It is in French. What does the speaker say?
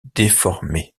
déformé